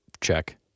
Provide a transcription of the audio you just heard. check